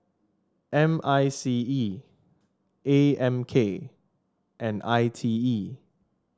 M I C E A M K and I T E